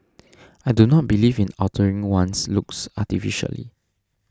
I do not believe in altering one's looks artificially